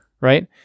right